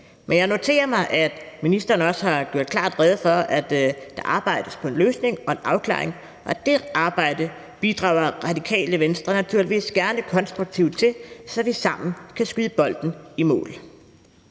Men jeg noterer mig, at ministeren også har gjort klart rede for, at der arbejdes på en løsning og en afklaring, og det arbejde bidrager Radikale Venstre naturligvis gerne konstruktivt til, så vi sammen kan skyde bolden i mål.